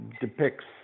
depicts